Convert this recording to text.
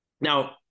Now